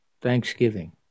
thanksgiving